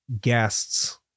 guests